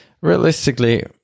realistically